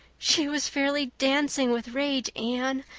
she was fairly dancing with rage, anne.